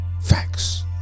Facts